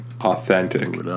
authentic